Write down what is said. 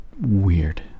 weird